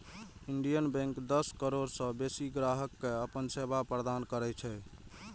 Indian Bank दस करोड़ सं बेसी ग्राहक कें अपन सेवा प्रदान करै छै